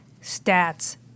stats